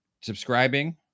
subscribing